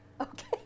Okay